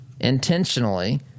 intentionally